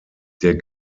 der